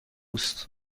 است